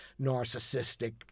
narcissistic